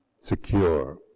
secure